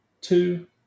two